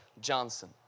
Johnson